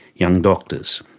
young doctors.